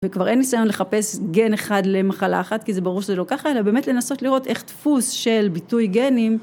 וכבר אין ניסיון לחפש גן אחד למחלה אחת כי זה ברור שזה לא ככה אלא באמת לנסות לראות איך דפוס של ביטוי גנים